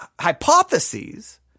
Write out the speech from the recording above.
hypotheses